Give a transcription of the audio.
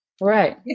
Right